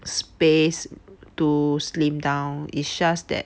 space to slim down is just that